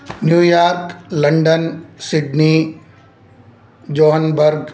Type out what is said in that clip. New York London Sydney Johannesburg